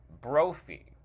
Brophy